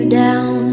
down